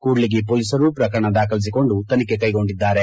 ಕೂಡ್ಲಗಿ ಮೋಲಿಸರು ಪ್ರಕರಣ ದಾಖಲಿಸಿಕೊಂಡು ತನಿಖೆ ಕೈಗೊಂಡಿದ್ದಾರೆ